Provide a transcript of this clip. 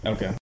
Okay